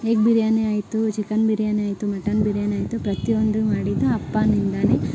egg biryani ಆಯಿತು chicken biryani ಆಯಿತು mutton biryani ಆಯಿತು ಪ್ರತಿ ಒಂದು ಮಾಡಿದ್ದು ಅಪ್ಪನಿಂದಲೇ